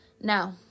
Now